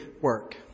work